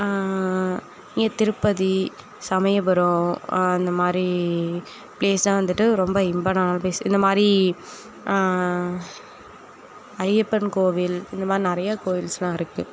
திருப்பதி சமயபுரம் அந்தமாதிரி ப்ளேஸ்லாம் வந்துட்டு ரொம்ப இம்பார்ட்டனான ப்ளேஸ் இந்தமாதிரி ஐயப்பன் கோவில் இந்தமாதிரி நிறையா கோயில்ஸ்லாம் இருக்குது